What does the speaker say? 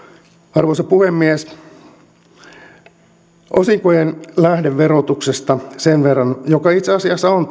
arvoisa puhemies osinkojen lähdeverotuksesta joka itse asiassa on